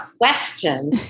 question